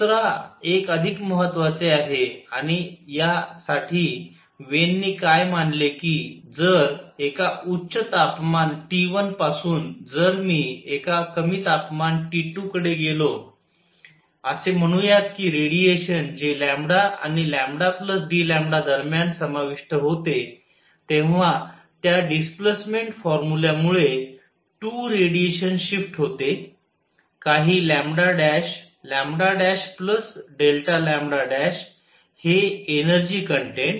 दुसरा एक अधिक महत्वाचे आहे आणि या साठी वेन नी काय मानले की जर एका उच्च तापमान T1 पासून जर मी एका कमी तापमान T2 कडे गेलो असे म्हणूयात कि रेडिएशन जे आणि दरम्यान समाविष्ट होते तेव्हा त्या डिस्प्लेसमेंट फॉर्मुल्यामुळे 2 रेडिएशन शिफ्ट होते काही हे एनर्जी कन्टेन्ट